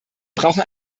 brauchen